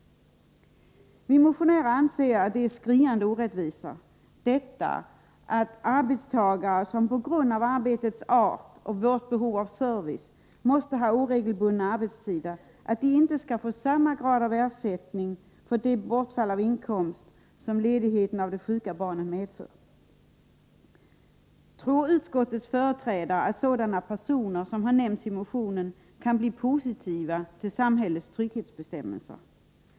Vi motionärer anser att det är en skriande orättvisa att arbetstagare som på grund av arbetets art och vårt behov av service måste ha oregelbundna arbetstider inte får samma ersättning som andra föräldrar för det inkomstbortfall som ledigheten för vård av sjukt barn medför. Tror utskottets företrädare att sådana personer som nämnts i motionen kan bli positiva till samhällets trygghetsbestämmelser?